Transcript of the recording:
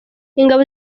ingabo